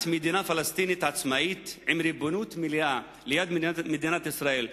מדינה פלסטינית עצמאית עם ריבונות מלאה ליד מדינת ישראל,